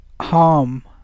harm